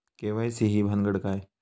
KYC ही भानगड काय?